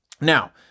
Now